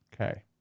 okay